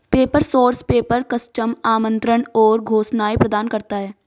paper source paper, custom आमंत्रण और घोषणाएं प्रदान करता है